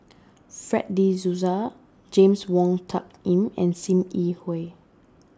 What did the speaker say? Fred De Souza James Wong Tuck Yim and Sim Yi Hui